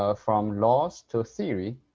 ah from laws to theory.